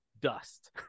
dust